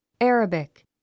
Arabic